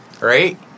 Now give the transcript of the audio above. right